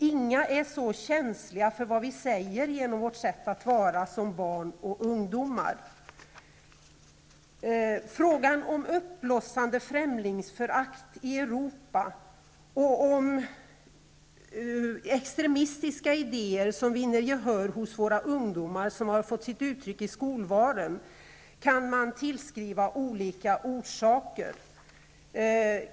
Inga är så känsliga för vad vi säger genom vårt sätt att vara som barn och ungdomar. Frågan om det uppblossande främlingsföraktet i Europa och de extremistiska idéer som vinner gehör hos våra ungdomar, idéer som har kommit till uttryck i skolvalen, kan man tillskriva olika orsaker.